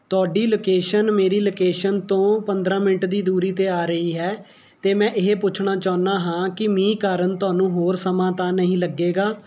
ਤੁਹਾਡੀ ਲੋਕੇਸ਼ਨ ਮੇਰੀ ਲੋਕੇਸ਼ਨ ਤੋਂ ਪੰਦਰ੍ਹਾਂ ਮਿੰਟ ਦੀ ਦੂਰੀ ਤੇ ਆ ਰਹੀ ਹੈ ਤੇ ਮੈਂ ਇਹ ਪੁੱਛਣਾ ਚਾਹੁੰਦਾ ਹਾਂ ਕਿ ਮੀਂਹ ਕਾਰਨ ਤੁਹਾਨੂੰ ਹੋਰ ਸਮਾਂ ਤਾਂ ਨਹੀਂ ਲੱਗੇਗਾ